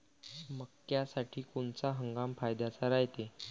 मक्क्यासाठी कोनचा हंगाम फायद्याचा रायते?